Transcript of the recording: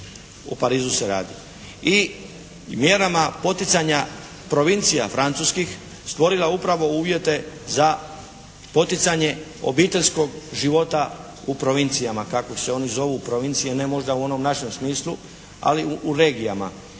O Parizu se radi. I mjerama poticanja provincija francuskih stvorila upravo uvjete za poticanje obiteljskog života u provincijama, kako se oni zovu provincije, možda ne u onom našem smislu, ali u regijama.